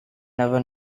never